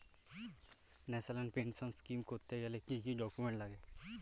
National pension scheme করতে গেলে কি কি ডকুমেন্ট লাগে?